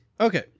Okay